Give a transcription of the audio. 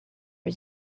was